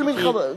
כל מלחמות ישראל.